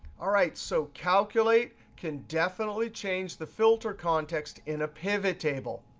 all right, so calculate can definitely change the filter context in a pivot table.